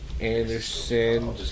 Anderson